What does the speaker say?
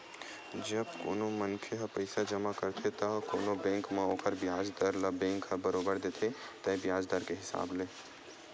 जब कोनो मनखे ह पइसा जमा करथे त कोनो बेंक म ओखर बियाज दर ल बेंक ह बरोबर देथे तय बियाज दर के हिसाब ले